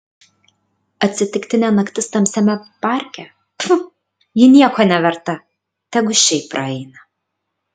atsitiktinė naktis tamsiame parke pfu ji nieko neverta tegu šiaip praeina